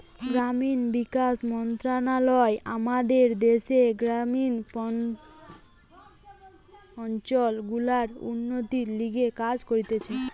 গ্রামীণ বিকাশ মন্ত্রণালয় আমাদের দ্যাশের গ্রামীণ অঞ্চল গুলার উন্নতির লিগে কাজ করতিছে